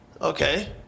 Okay